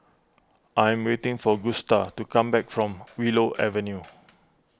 I am waiting for Gusta to come back from Willow Avenue